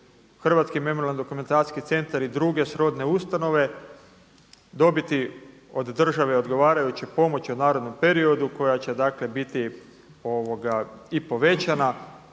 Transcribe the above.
hrvatski Memorijalno-dokumentacijski centar i druge srodne ustanove dobiti od države odgovarajuće pomoći u narednom periodu koja će dakle biti i povećana